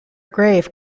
grave